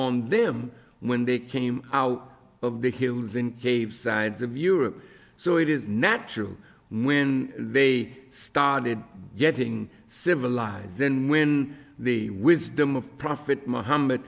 on them when they came out of the hills in caves sides of europe so it is natural when they started getting civilized then when the wisdom of prophet mohammed